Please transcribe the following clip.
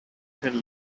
can